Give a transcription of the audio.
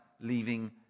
leaving